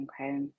Okay